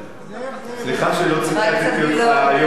סליחה שלא, את הרעיון.